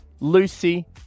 Lucy